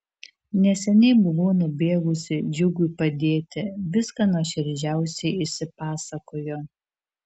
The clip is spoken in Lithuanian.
neseniai buvau nubėgusi džiugui padėti viską nuoširdžiausiai išsipasakojo